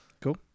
Cool